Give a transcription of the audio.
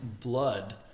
blood